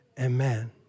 Amen